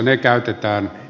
ne käytetään